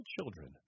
children